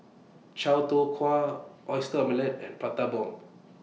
Chow Tow Kway Oyster Omelette and Prata Bomb